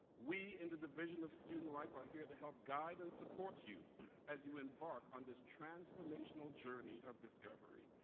we in the division of student life are here to help guide and support you as you embark on this transformational journey of discovery.